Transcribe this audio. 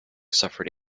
suffered